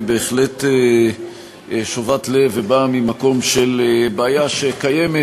בהחלט שובת לב ובאה ממקום של בעיה שקיימת,